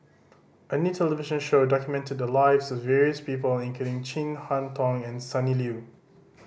a new television show documented the lives of various people including Chin Harn Tong and Sonny Liew